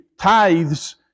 tithes